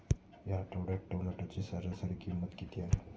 या आठवड्यात टोमॅटोची सरासरी किंमत किती आहे?